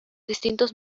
distintos